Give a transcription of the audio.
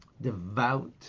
Devout